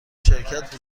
شرکت